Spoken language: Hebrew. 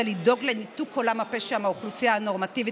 ולדאוג לניתוק עולם הפשע מהאוכלוסייה הנורמטיבית,